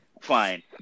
fine